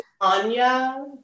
Anya